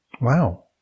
Wow